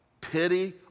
pity